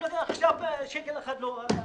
עד עכשיו שקל אחד לא קיבלתי.